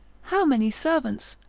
how many servants!